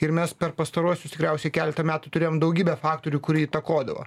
ir mes per pastaruosius tikriausiai keletą metų turėjom daugybę faktorių kurie įtakodavo